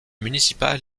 municipal